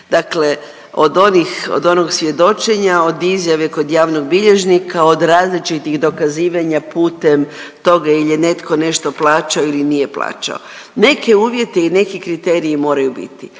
dakle od onog svjedočenja, od izjave kod javnog bilježnika, od različitih dokazivanja putem toga jel' je netko nešto plaćao ili nije plaćao. Neke uvjete i neki kriteriji moraju biti.